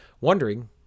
wondering